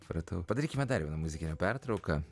supratau padarykime dar vieną muzikinę pertrauką